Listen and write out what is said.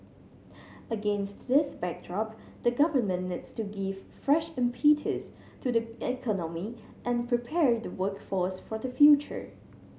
against this backdrop the Government needs to give fresh impetus to the economy and prepare the workforce for the future